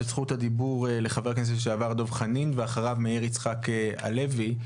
את זכות הדיבור לחה"כ לשעבר דב חנין ואחריו מאיר יצחק הלוי,